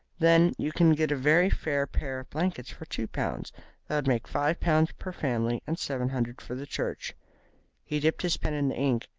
then you can get a very fair pair of blankets for two pounds. that would make five pounds per family, and seven hundred for the church he dipped his pen in the ink,